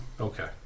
Okay